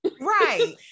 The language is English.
Right